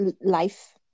life